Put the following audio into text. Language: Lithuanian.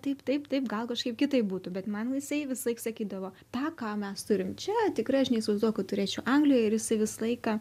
taip taip taip gal kažkaip kitaip būtų bet man jisai visąlaik sakydavo tą ką mes turim čia tikrai aš neįsivaizduoju kad turėčiau anglijoj ir jisai visą laiką